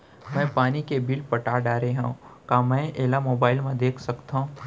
मैं पानी के बिल पटा डारे हव का मैं एला मोबाइल म देख सकथव?